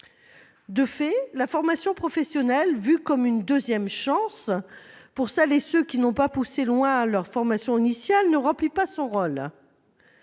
De fait, la formation professionnelle, vue comme une deuxième chance pour celles et ceux qui n'ont pas poussé loin leur formation initiale, ne remplit pas son rôle.